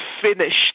finished